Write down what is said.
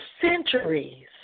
centuries